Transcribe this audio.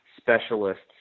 specialists